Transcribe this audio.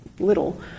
little